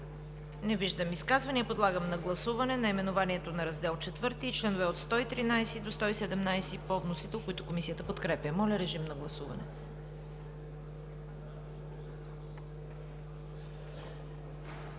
Не виждам изказвания. Подлагам на гласуване наименованието на Раздел IV и чл. от 113 до 117 по вносител, които Комисията подкрепя. Гласували